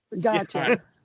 Gotcha